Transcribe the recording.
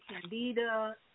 candida